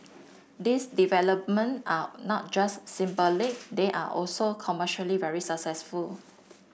these development are not just symbolic they are also commercially very successful